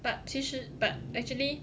but 其实 but actually